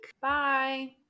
Bye